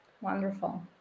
Wonderful